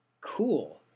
cool